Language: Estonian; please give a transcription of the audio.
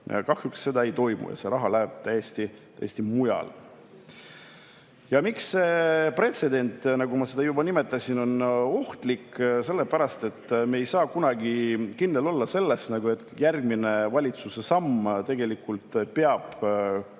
Kahjuks seda ei toimu ja see raha läheb täiesti mujale. Ja miks see pretsedent, nagu ma seda juba nimetasin, on ohtlik? Sellepärast, et me ei saa kunagi kindlad olla selles, et järgmine valitsuse samm tegelikult peab ka